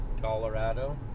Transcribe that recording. Colorado